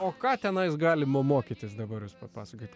o ką tenais galima mokytis dabar jūs papasakokit